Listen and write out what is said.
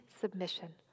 submission